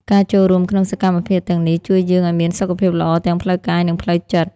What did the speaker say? ការចូលរួមក្នុងសកម្មភាពទាំងនេះ ជួយយើងឲ្យមានសុខភាពល្អទាំងផ្លូវកាយ និងផ្លូវចិត្ត។